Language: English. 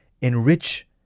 enrich